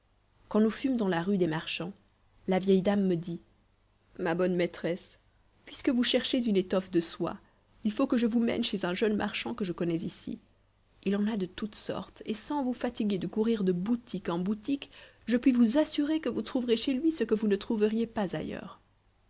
quand nous fûmes dans la rue des marchands la vieille dame me dit ma bonne maîtresse puisque vous cherchez une étoffe de soie il faut que je vous mène chez un jeune marchand que je connais ici il en a de toutes sortes et sans vous fatiguer de courir de boutique en boutique je puis vous assurer que vous trouverez chez lui ce que vous ne trouveriez pas ailleurs